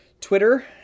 Twitter